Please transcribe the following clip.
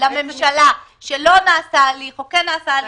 לממשלה שלא נעשה הליך או כן נעשה הליך,